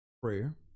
Prayer